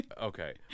Okay